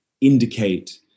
indicate